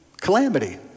calamity